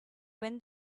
when